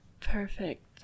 perfect